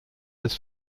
des